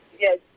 Yes